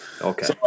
Okay